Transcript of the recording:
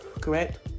correct